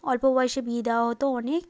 অল্প বয়সে বিয়ে দেওয়া হতো অনেক